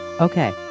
Okay